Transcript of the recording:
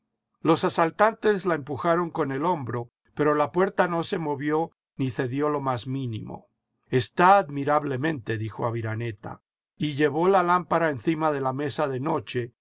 los asaltantes la empujaron con el hombro pero la puerta no se movió ni cedió lo más mínimo está admirablemente dijo aviraneta y llevó la lámpara encima de la mesa de noche